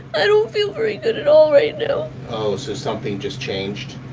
i don't feel very good at all right now oh, so something just changed?